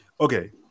Okay